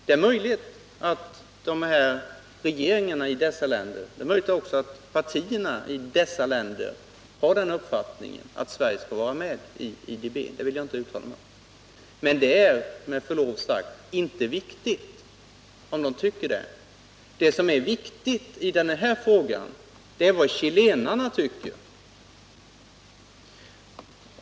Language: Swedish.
Det är möjligt att regeringarna i dessa länder och de socialdemokratiska partierna där hyser uppfattningen att Sverige skall vara med i IDB. Detta vill jag inte uttala mig om, men det är med förlov sagt inte viktigt om de tycker så. Det som är viktigt i den här frågan är vad chilenarna tycker.